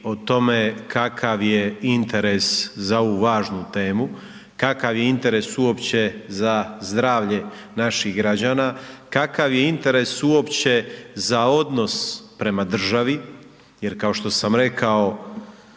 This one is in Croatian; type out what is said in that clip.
o tome kakav je interes za ovu važnu temu, kakav je interes uopće za zdravlje naših građana, kakav je interes uopće za odnos prema državi, je kao što sam rekao